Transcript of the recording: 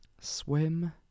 Swim